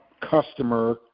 customer